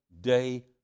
day